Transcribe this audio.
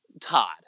Todd